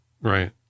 Right